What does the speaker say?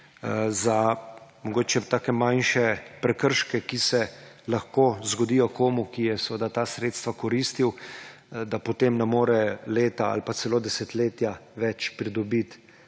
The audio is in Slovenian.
mogoče za takšne manjše prekrške, ki se lahko zgodijo komukoli, ki je seveda ta sredstva koristil, da potem ne more leta ali celo desetletja več pridobiti